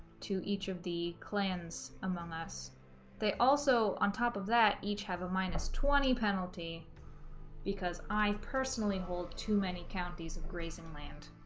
to each of the clans among us they also on top of that each have a minus twenty penalty because i personally hold too many counties of grazing land